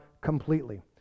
completely